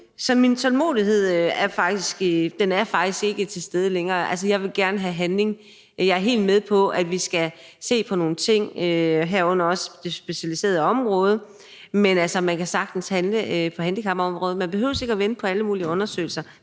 så min tålmodighed er faktisk ikke til stede længere – jeg vil gerne have handling. Jeg er helt med på, at vi skal se på nogle ting, herunder også det specialiserede område, men man kan sagtens handle på handicapområdet, man behøver ikke vente på alle mulige undersøgelser.